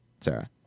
sarah